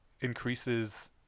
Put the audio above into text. increases